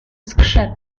skrzep